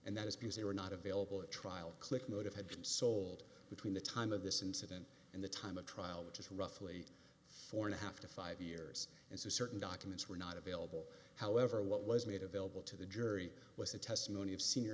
and that is because they were not available at trial click motive had been sold between the time of this incident and the time of trial which is roughly four and a half to five years and certain documents were not available however what was made available to the jury was the testimony of senior